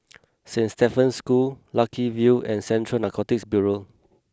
Saint Stephen's School Lucky View and Central Narcotics Bureau